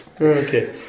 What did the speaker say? Okay